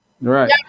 Right